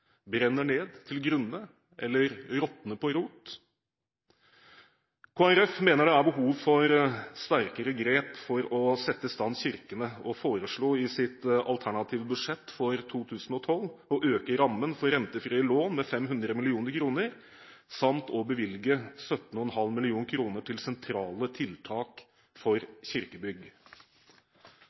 brenner ned til grunnen eller råtner på rot. Kristelig Folkeparti mener det er behov for sterkere grep for å sette i stand kirkene. Vi foreslår i vårt alternative budsjett for 2012 å øke rammen for rentefrie lån med 500 mill. kr samt å bevilge 17,5 mill. kr til sentrale tiltak for kirkebygg.